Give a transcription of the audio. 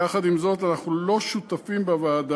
יחד עם זאת, אנחנו לא שותפים בוועדה,